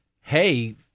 hey